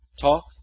talk